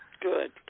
Good